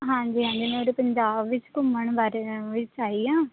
ਹਾਂਜੀ ਹਾਂਜੀ ਮੈਂ ਉਰੇ ਪੰਜਾਬ ਵਿੱਚ ਘੁੰਮਣ ਬਾਰੇ ਵਿਚ ਆਈ ਹਾਂ